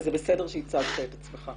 כך שזה בסדר שהצגת את עצמך.